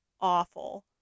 awful